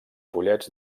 pollets